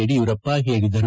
ಯಡಿಯೂರಪ್ಪ ಹೇಳಿದರು